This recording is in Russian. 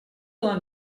план